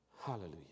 Hallelujah